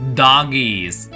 doggies